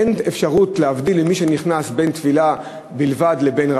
אין אפשרות להבדיל בין מי שנכנס לטבילה בלבד לבין מי